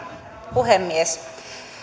puhemies